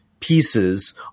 pieces